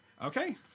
Okay